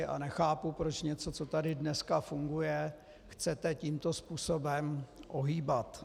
A nechápu, proč něco, co tady dneska funguje, chcete tímto způsobem ohýbat.